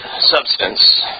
substance